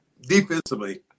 defensively